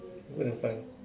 go there find